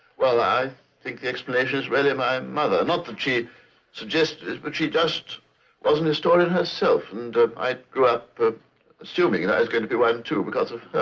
well, i think explanation really my mother. not that she suggested it, but she just was an historian herself. and i grew up ah assuming that and i was going to be one too because of